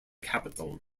capital